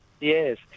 Yes